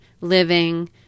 living